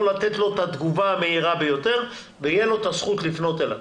לתת לו את התגובה המהירה ביותר ותהיה לו את הזכות לפנות אליו.